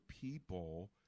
people